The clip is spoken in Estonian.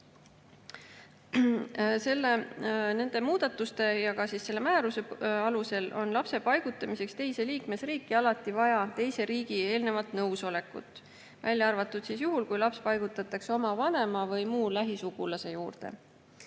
muudatuste ja ka selle määruse alusel on lapse paigutamiseks teise liikmesriiki alati vaja teise riigi eelnevat nõusolekut, välja arvatud juhul, kui laps paigutatakse oma vanema või muu lähisugulase juurde.